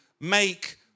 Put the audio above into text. make